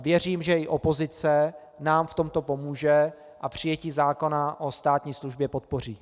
Věřím, že i opozice nám v tomto pomůže a přijetí zákona o státní službě podpoří.